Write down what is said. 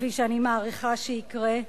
כפי שאני מעריכה שיקרה,